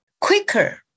quicker